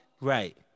Right